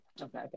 Okay